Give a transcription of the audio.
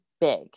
big